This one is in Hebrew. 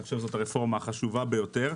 אני חושב שזו הרפורמה החשובה ביותר.